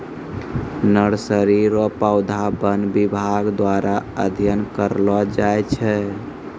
nursery रो पौधा वन विभाग द्वारा अध्ययन करलो जाय छै